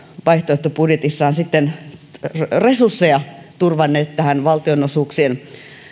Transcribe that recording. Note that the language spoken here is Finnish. vaihtoehtobudjetissaan resursseja turvanneet valtionosuuksien